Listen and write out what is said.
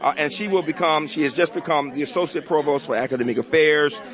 and she will become, she has just become the associate provost for academic affairs.